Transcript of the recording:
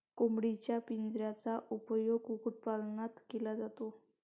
कोंबडीच्या पिंजऱ्याचा उपयोग कुक्कुटपालनात केला जातो